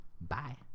Bye